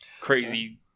crazy